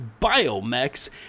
biomechs